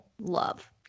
Love